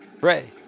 Ray